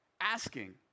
asking